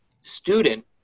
student